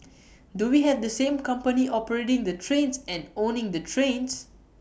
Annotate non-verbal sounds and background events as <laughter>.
<noise> do we have the same company operating the trains and owning the trains